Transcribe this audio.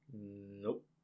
Nope